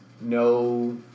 no